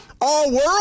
all-world